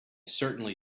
certainly